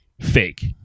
fake